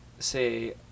say